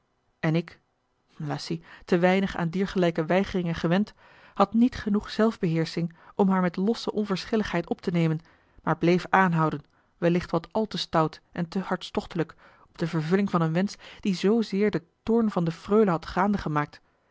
en ik lacy te weinig aan diergelijke weigeringen gewend had niet genoeg zelfbeheersching om haar met losse onverschilligheid op te nemen maar bleef aanhouden wellicht wat al te stout en te hartstochtelijk op de vervulling van een wensch die zoozeer den toorn van de freule had gaande gemaakt